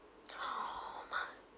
oh my